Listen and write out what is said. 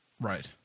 Right